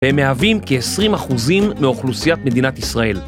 והם מהווים כ-20% מאוכלוסיית מדינת ישראל.